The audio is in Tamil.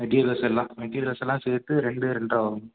மெட்டீரியல்ஸ் எல்லாம் மெட்டீரியல்ஸ் எல்லாம் சேர்த்து ரெண்டு ரெண்டரை ஆகும்